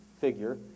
figure